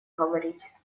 говорить